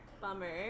Bummer